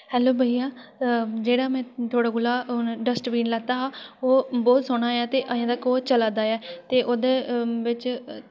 hello बइया इ'यै जेह्ड़ा में हून थोह्ड़े कोला डस्टबिन लैता हा ते ओह् बहुत सोह्ना ऐ ते अजें तक्कर चला दा ऐ तचे ओह्दे बिच